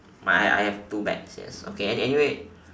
I I I have have two bags yes okay an~ anyway